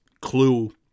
clue